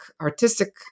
artistic